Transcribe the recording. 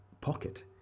pocket